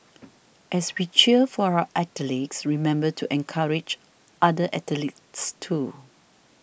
as we cheer for our athletes remember to encourage other athletes too